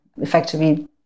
effectively